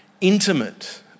Intimate